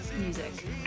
music